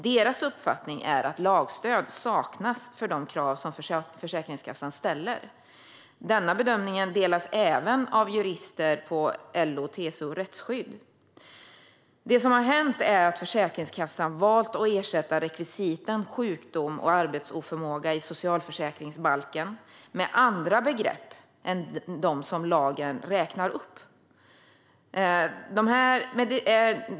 Deras uppfattning är att lagstöd saknas för de krav som Försäkringskassan ställer. Denna bedömning delas även av jurister på LO-TCO Rättsskydd. Det som har hänt är att Försäkringskassan har valt att ersätta rekvisiten sjukdom och arbetsoförmåga i socialförsäkringsbalken med andra begrepp än dem som räknas upp i lagen.